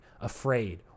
afraid